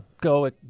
go